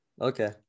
Okay